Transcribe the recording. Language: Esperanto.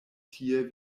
tie